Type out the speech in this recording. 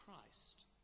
Christ